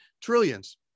trillions